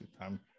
Time